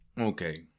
Okay